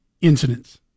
incidents